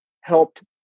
helped